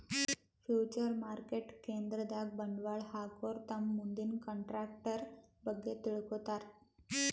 future market ಕೇಂದ್ರದಾಗ್ ಬಂಡವಾಳ್ ಹಾಕೋರು ತಮ್ ಮುಂದಿನ ಕಂಟ್ರಾಕ್ಟರ್ ಬಗ್ಗೆ ತಿಳ್ಕೋತಾರ್